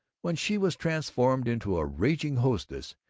when she was transformed into a raging hostess,